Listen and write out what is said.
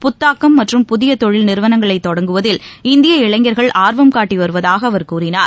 புத்தாக்கம் மற்றும் புதிய தொழில் நிறுவளங்களை தொடங்குவதில் இந்திய இளைஞர்கள் ஆர்வம் காட்டி வருவதாக அவர் கூறினார்